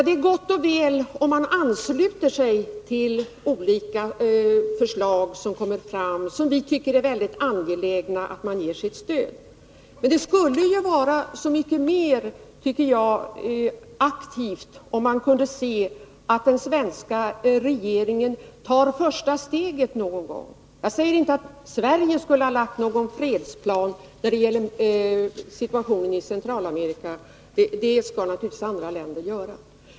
Det är gott och väl att man ansluter sig till olika förslag som vi tycker är angelägna att ge vårt stöd. Men det skulle vara mycket mera aktivt om den svenska regeringen någon gång tog första steget. Jag säger inte att Sverige skulle ha lagt fram någon fredsplan när det gäller situationen i Centralamerika — det skall naturligtvis andra länder göra.